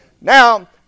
Now